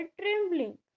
trembling